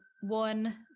one